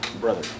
brother